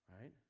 Right